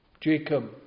Jacob